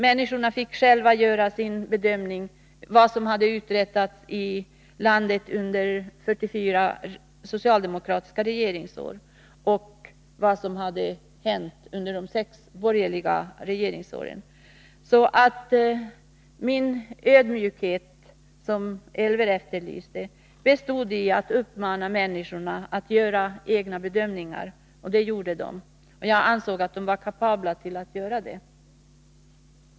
Människorna fick själva göra sin bedömning av vad som hade uträttats i landet under 44 socialdemokratiska regeringsår, och vad som hade hänt under de sex borgerliga regeringsåren. Min ödmjukhet, som Elver Jonsson efterlyste, bestod i att uppmana människorna att göra egna bedömningar, och det gjorde de. Jag ansåg att de var kapabla att göra det.